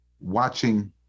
watching